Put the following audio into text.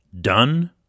done